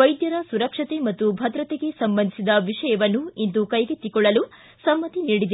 ವೈದ್ಯರ ಸುರಕ್ಷತೆ ಮತ್ತು ಭದ್ರತೆಗೆ ಸಂಬಂಧಿಸಿದ ವಿಷಯವನ್ನು ಇಂದು ಕೈಗೆತ್ತಿಕೊಳ್ಳಲು ಸಮ್ಮತಿ ನೀಡಿದೆ